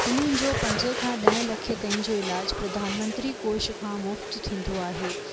उन्हनि जो पंजें खां ॾहें लखे ताईं जो इलाजु प्रधानमंत्री कोश खां मुफ़्त थींदो आहे